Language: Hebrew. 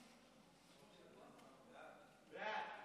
בעד.